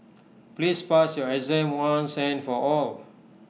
please pass your exam once and for all